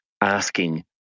asking